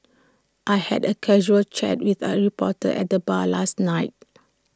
I had A casual chat with A reporter at the bar last night